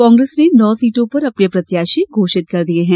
कांग्रेस ने नौ सीटों पर अपने प्रत्याशी घोषित कर दिए हैं